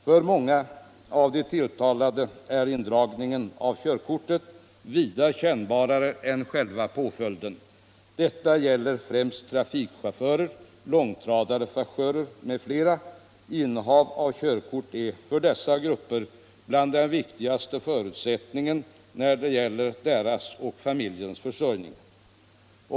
För många av de tilltalade är indragningen av körkortet vida kännbarare än själva påföljden. Detta gäller främst trafikchaufförer, långtradarförare m.fl. Innehav av körkort är för dessa grupper en av de viktigaste förutsättningarna för deras och familjens försörjning.